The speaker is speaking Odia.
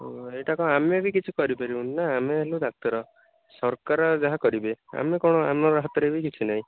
ଓହୋ ଏଇଟା କଣ ଆମେ ବି କିଛି କରିପାରିବୁନୁ ନି ନା ଆମେ ହେଲୁ ଡ଼ାକ୍ତର ସରକାର ଯାହା କରିବେ ଆମେ କଣ ଆମର ହାତରେ ବି କିଛି ନାହିଁ